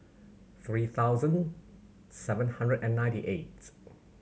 three thousand seven hundred and ninety eight